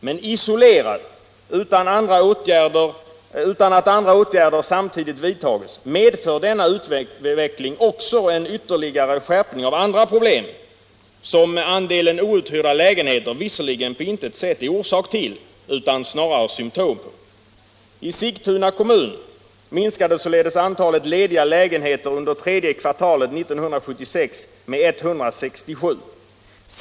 Men isolerad, utan att andra åtgärder samtidigt vidtas, medför denna utveckling också en ytterligare skärpning av vissa problem som andelen outhyrda lägenheter på intet sätt är orsak till utan snarare symtom på. I Sigtuna kommun minskade således antalet lediga lägenheter under tredje kvartalet 1976 med 167.